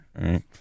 Right